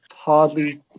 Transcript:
Hardly